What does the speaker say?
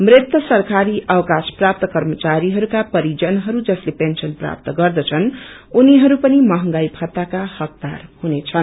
मृत सरकारी अवकाश प्राप्त कर्मचारीहरूका परिजनहरू जसले पेन्सन प्राप्त गर्दछन् उनीहरू पनि बर्खित महंगाई भत्ताका हकदाार हुनेछन्